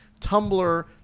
Tumblr